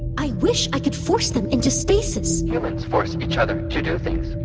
i wish i could force them into stasis humans force each other to do things.